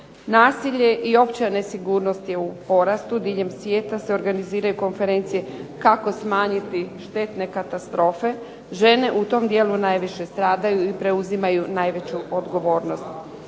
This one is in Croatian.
Nasilje i opća nesigurnost je u porastu, diljem svijeta se organiziraju konferencije kako smanjiti štetne katastrofe. Žene u tom dijelu najviše stradaju i preuzimaju najveću odgovornost.